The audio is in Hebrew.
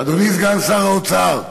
אדוני סגן שר האוצר,